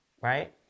right